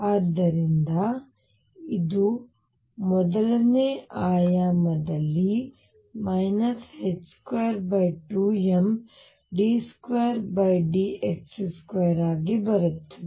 ಆದ್ದರಿಂದ ಇದು 1 ಆಯಾಮದಲ್ಲಿ 22md2dx2 ಆಗಿ ಬರುತ್ತದೆ